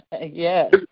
Yes